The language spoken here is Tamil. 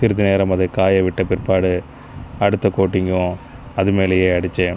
சிறிது நேரம் அதை காய விட்டு பிற்பாடு அடுத்த கோட்டிங்கும் அது மேலேயே அடித்தேன்